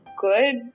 good